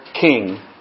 King